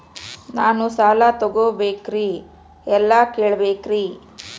ನಾನು ಸಾಲ ತೊಗೋಬೇಕ್ರಿ ಎಲ್ಲ ಕೇಳಬೇಕ್ರಿ?